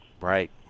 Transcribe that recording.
Right